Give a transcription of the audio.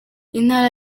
intara